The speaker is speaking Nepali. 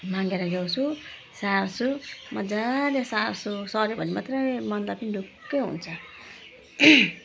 मागेर ल्याउँछु सार्छु मजाले सार्छु सर्यो भने मात्रै मनलाई पनि ढुक्कै हुन्छ